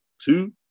Two